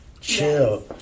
chill